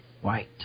White